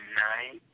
nine